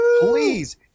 please